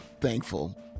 thankful